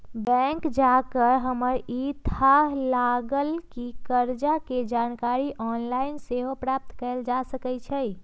bank जा कऽ हमरा इ थाह लागल कि कर्जा के जानकारी ऑनलाइन सेहो प्राप्त कएल जा सकै छै